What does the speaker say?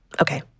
Okay